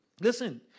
Listen